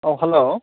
औ हेलौ